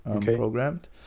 programmed